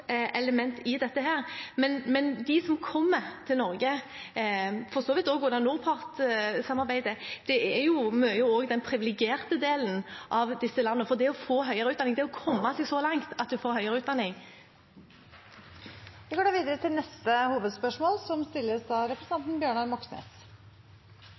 i dette, men de som kommer til Norge – for så vidt også i forbindelse med NORPART-samarbeidet – er mye den privilegerte delen i disse landene, for det å få høyere utdanning, det å komme seg så langt at man får høyere utdanning Vi går videre til neste hovedspørsmål. I går endte nok et internasjonalt møte om kaoset og volden som